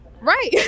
Right